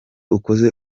ukoze